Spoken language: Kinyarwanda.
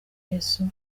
yesu